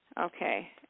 Okay